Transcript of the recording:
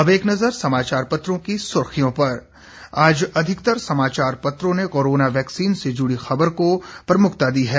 अब एक नजर समाचार पत्रों की सुर्खियों पर आज अधिकतर समाचार पत्रों ने कोरोना वैक्सीनेशन से जुड़ी खबर को प्रमुखता दी है